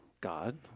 God